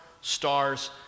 stars